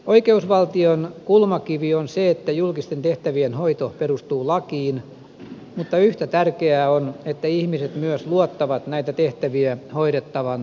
oikeusvaltion kulmakivi on se että julkisten tehtävien hoito perustuu lakiin mutta yhtä tärkeää on että ihmiset myös luottavat näitä tehtäviä hoidettavan lainmukaisesti